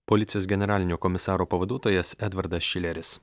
policijos generalinio komisaro pavaduotojas edvardas šileris